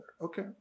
Okay